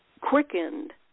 quickened